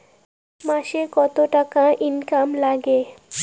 মাসে কত টাকা ইনকাম নাগে?